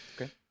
Okay